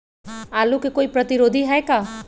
आलू के कोई प्रतिरोधी है का?